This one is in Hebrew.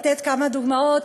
לתת כמה דוגמאות,